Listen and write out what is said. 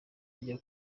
ajya